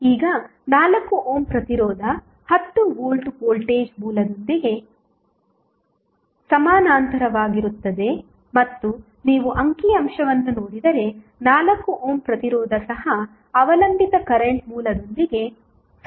ಈಗ 4 ಓಮ್ ಪ್ರತಿರೋಧ 10 volt voltage ಮೂಲದೊಂದಿಗೆ ಸಮಾನಾಂತರವಾಗಿರುತ್ತದೆ ಮತ್ತು ನೀವು ಅಂಕಿ ಅಂಶವನ್ನು ನೋಡಿದರೆ 4 ಓಮ್ ಪ್ರತಿರೋಧ ಸಹ ಅವಲಂಬಿತ ಕರೆಂಟ್ ಮೂಲದೊಂದಿಗೆ ಸಮಾನಾಂತರವಾಗಿರುತ್ತದೆ